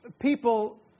people